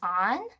on